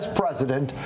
president